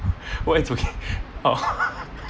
well it's okay